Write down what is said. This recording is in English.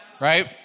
right